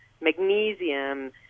magnesium